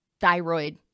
thyroid